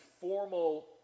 formal